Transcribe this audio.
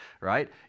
right